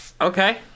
Okay